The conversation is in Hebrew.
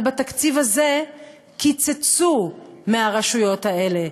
אבל בתקציב הזה קיצצו מהרשויות האלה,